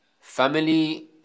family